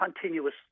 continuous